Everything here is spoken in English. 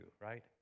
right